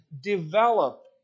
develop